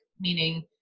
meaning